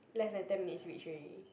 less than ten minutes reach already